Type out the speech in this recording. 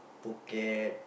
pocket